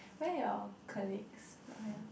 where your colleagues not here